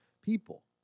people